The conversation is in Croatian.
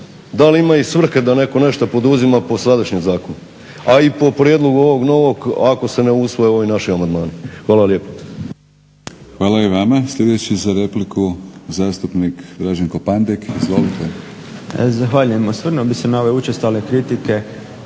dal ima i svrhe da netko nešto poduzima po sadašnjem zakonu, a i po prijedlogu ovog novog ako se ne usvoje ovi naši amandmani. Hvala lijepo. **Batinić, Milorad (HNS)** Hvala i vama. Sljedeći za repliku zastupnik Draženko Pandek. Izvolite. **Pandek, Draženko (SDP)** Zahvaljujem. Osvrnuo bi se na ove učestale kritike